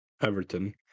Everton